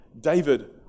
David